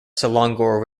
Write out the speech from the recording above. selangor